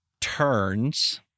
turns